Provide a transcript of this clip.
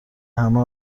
همه